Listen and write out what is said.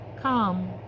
come